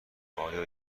آیا